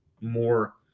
more –